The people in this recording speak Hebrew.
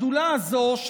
השדולה הזו,